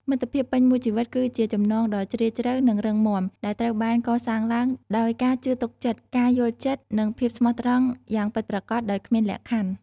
មិត្តភាពពេញមួយជីវិតគឺជាចំណងដ៏ជ្រាលជ្រៅនិងរឹងមាំដែលត្រូវបានកសាងឡើងដោយការជឿទុកចិត្ត ការយល់ចិត្ត និងភាពស្មោះត្រង់យ៉ាងពិតប្រាកដដោយគ្មានលក្ខខណ្ឌ។